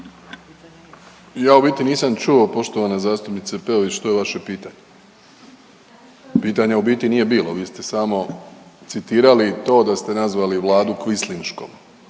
Ja u biti nisam čuo poštovana zastupnice Peović što je vaše pitanje. Pitanja u biti nije bilo vi ste samo citirali to da ste nazvali Vladu kvislinškom